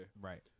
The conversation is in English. right